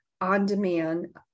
on-demand